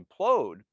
implode